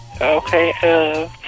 Okay